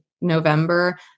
November